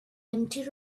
empty